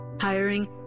hiring